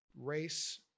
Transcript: Race